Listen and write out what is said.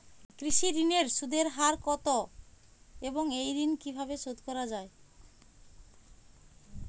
কৃষি ঋণের সুদের হার কত এবং এই ঋণ কীভাবে শোধ করা য়ায়?